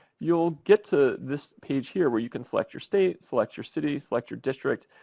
you'll get to this page here where you can select your state, select your city, select your district.